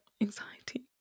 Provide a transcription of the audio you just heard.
anxiety